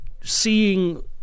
seeing